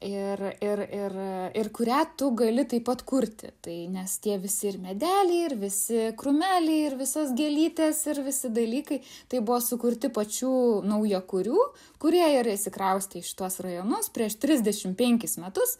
ir ir ir ir kurią tu gali taip pat kurti tai nes tie visi ir medeliai ir visi krūmeliai ir visos gėlytės ir visi dalykai tai buvo sukurti pačių naujakurių kurie ir atsikraustė į šituos rajonus prieš trisdešimt penkis metus